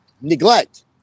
neglect